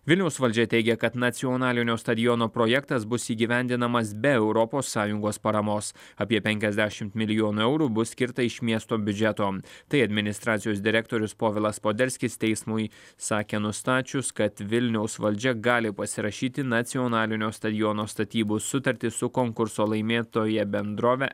vilniaus valdžia teigia kad nacionalinio stadiono projektas bus įgyvendinamas be europos sąjungos paramos apie penkiasdešimt milijonų eurų bus skirta iš miesto biudžeto tai administracijos direktorius povilas poderskis teismui sakė nustačius kad vilniaus valdžia gali pasirašyti nacionalinio stadiono statybų sutartį su konkurso laimėtoja bendrove